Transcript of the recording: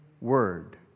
Word